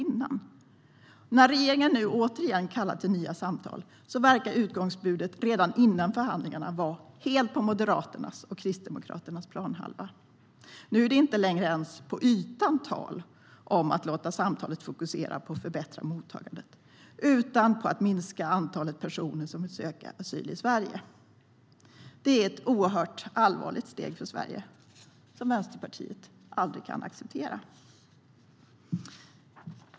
När regeringen nu kallar till nya samtal verkar utgångsbudet redan före förhandlingarna vara helt på Moderaternas och Kristdemokraternas planhalva. Nu är det inte längre ens på ytan tal om att låta samtalet fokusera på att förbättra mottagandet, utan allt handlar om att minska antalet personer som söker asyl i Sverige. Det är ett oerhört allvarligt steg för Sverige som Vänsterpartiet aldrig kan acceptera.